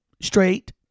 straight